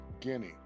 Guinea